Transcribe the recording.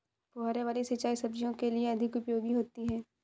फुहारे वाली सिंचाई सब्जियों के लिए अधिक उपयोगी होती है?